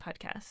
podcast